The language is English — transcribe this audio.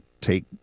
take